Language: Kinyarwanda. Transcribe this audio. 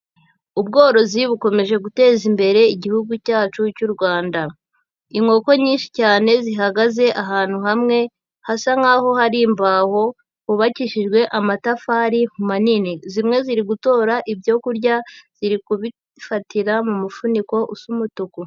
Ubworozi bukomeje guteza imbere Igihugu cyacu cy'u Rwanda. Inkoko nyinshi cyane zihagaze ahantu hamwe, hasa nkaho hari imbaho, hubakishijwe amatafari manini. Zimwe ziri gutora ibyo kurya, ziri kubifatira mu mufuniko usa umutuku.